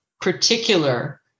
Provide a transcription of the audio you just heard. particular